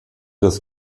das